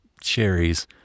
cherries